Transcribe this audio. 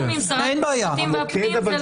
תיאום עם שר המשפטים ועם שרת הפנים.